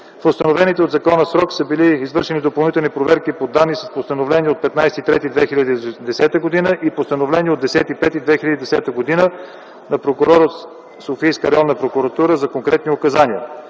В установения от закона срок са били извършени допълнителни проверки по данни с постановление от 15 март 2010 г. и постановление от 10 май 2010 г. на прокурор от Софийска районна прокуратура за конкретни указания.